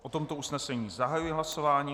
O tomto usnesení zahajuji hlasování.